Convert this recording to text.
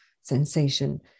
sensation